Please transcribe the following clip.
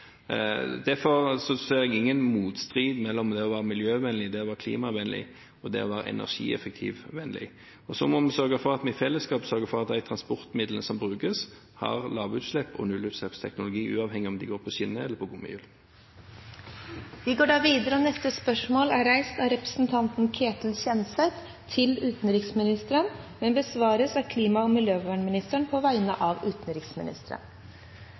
være miljøvennlig og klimavennlig og det å være energieffektivvennlig. Og så må vi i fellesskap sørge for at de transportmidlene som brukes, har lavutslipps- og nullutslippsteknologi uavhengig av om de går på skinner eller på gummihjul. Dette spørsmålet, fra representanten Ketil Kjenseth til utenriksministeren, besvares av klima- og miljøministeren på vegne av utenriksministeren,